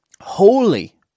holy